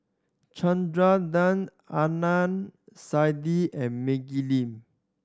Chandra Da Adnan Saidi and Maggie Lim